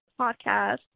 podcast